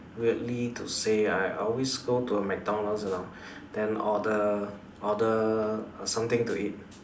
weirdly to say I I always go to a McDonalds you know then order order something to eat